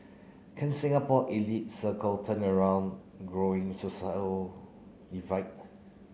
can Singapore elite circle turn around growing social divide